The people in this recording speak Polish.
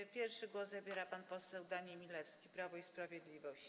Jako pierwszy głos zabiera pan poseł Daniel Milewski, Prawo i Sprawiedliwość.